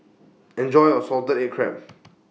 Enjoy your Salted Egg Crab